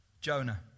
Jonah